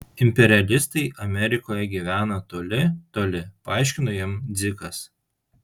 imperialistai amerikoje gyvena toli toli paaiškino jam dzikas